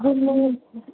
ਹੁਣ